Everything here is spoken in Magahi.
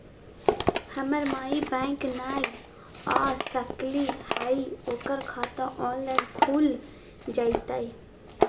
हमर माई बैंक नई आ सकली हई, ओकर खाता ऑनलाइन खुल जयतई?